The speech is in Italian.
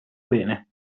bene